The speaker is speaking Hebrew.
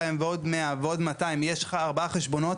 ועוד 100 ועוד 200 יש לך ארבעה חשבונות.